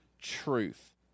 truth